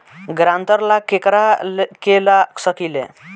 ग्रांतर ला केकरा के ला सकी ले?